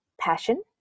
passion